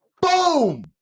Boom